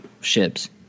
ships